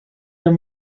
your